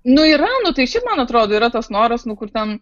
nu yra nu tai šiaip man atrodo yra tas noras nu kur ten